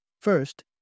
First